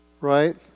Right